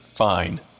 fine